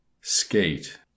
Skate